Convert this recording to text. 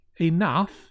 Enough